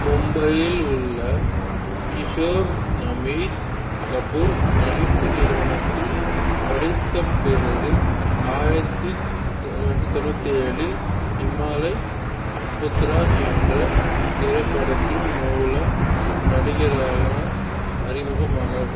மும்பையில் உள்ள கிஷோர் நமித் கபூர் நடிப்பு நிறுவனத்தில் படித்த பிறகு ஆயிரத்தி தொள்ளாயிரத்தி தொண்ணூற்றி ஏழில் ஹிமாலய் புத்ரா என்ற திரைப்படத்தின் மூலம் நடிகராக அறிமுகமானார்